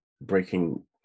breaking